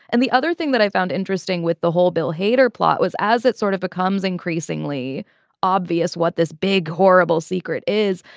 and the other thing that i found interesting with the whole bill hader plot was as it sort of becomes increasingly obvious what this big horrible secret is.